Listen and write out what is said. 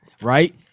right